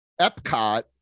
Epcot